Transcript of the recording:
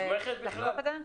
היא מוסמכת בכלל?